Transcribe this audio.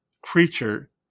creature